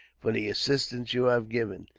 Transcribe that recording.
for the assistance you have given.